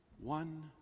One